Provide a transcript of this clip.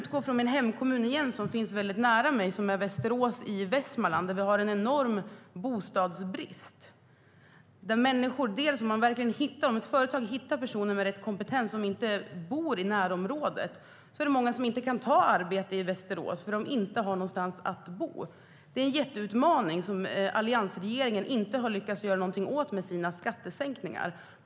I min hemkommun Västerås i Västmanland har vi en enorm bostadsbrist. Om ett företag hittar en person med rätt kompetens kan den personen kanske inte ta jobbet eftersom det inte finns någonstans att bo. Det är en jätteutmaning som alliansregeringen inte lyckades göra något åt med sina skattesänkningar.